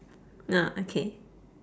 ah okay